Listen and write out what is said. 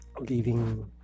leaving